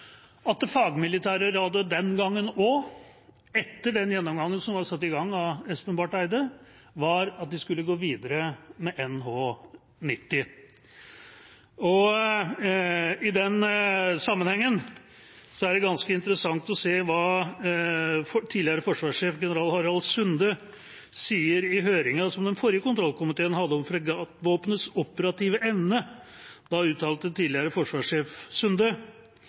at det fagmilitære rådet den gangen også, etter den gjennomgangen som var satt i gang av Espen Barth Eide, var at de skulle gå videre med NH90. I den sammenhengen er det ganske interessant å se hva tidligere forsvarssjef general Harald Sunde sa i høringen som den forrige kontrollkomiteen hadde om fregattvåpenets operative evne. Da uttalte tidligere